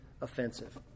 offensive